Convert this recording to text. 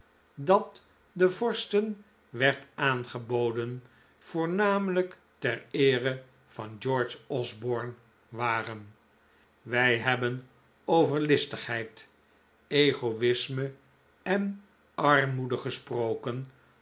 dat den vorsten werd aangeboden voornamelijk ter eere van george osborne waren wij hebben over listigheid egoi'sme en armoede gesproken